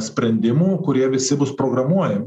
sprendimų kurie visi bus programuojami